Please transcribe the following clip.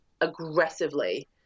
aggressively